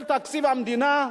של תקציב המדינה,